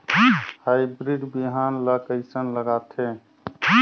Hybrid बिहान ला कइसन लगाथे?